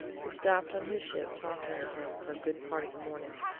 we stopped on his ship talking with him for a good part of the morning,